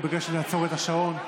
הוא ביקש לעצור את השעון.